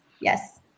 Yes